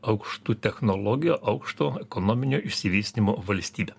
aukštų technologijų aukšto ekonominio išsivystymo valstybę